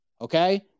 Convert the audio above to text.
okay